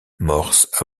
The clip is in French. morse